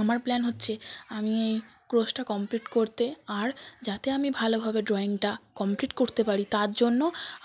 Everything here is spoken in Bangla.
আমার প্ল্যান হচ্ছে আমি এই কোর্সটা কমপ্লিট করতে আর যাতে আমি ভালোভাবে ড্রইংটা কমপ্লিট করতে পারি তারজন্য